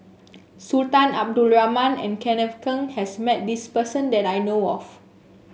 Sultan Abdul Rahman and Kenneth Keng has met this person that I know of